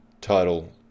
title